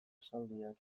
esaldiak